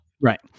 right